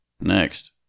Next